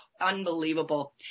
unbelievable